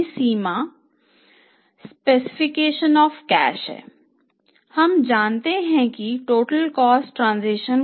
पहली सीमा specification of cash